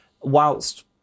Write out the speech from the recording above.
Whilst